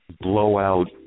blowout